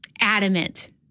adamant